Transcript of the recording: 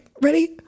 ready